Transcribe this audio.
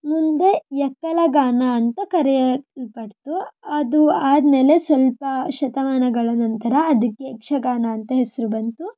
ಮುಂದೆ ಎಕ್ಕಲಗಾನ ಅಂತ ಕರೆಯಲ್ಪಡ್ತು ಅದು ಆದಮೇಲೆ ಸ್ವಲ್ಪ ಶತಮಾನಗಳ ನಂತರ ಅದಕ್ಕೆ ಯಕ್ಷಗಾನ ಅಂತ ಹೆಸರು ಬಂತು